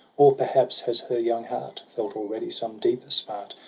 or, perhaps, has her young heart felt already some deeper smart.